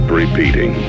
repeating